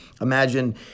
Imagine